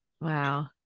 Wow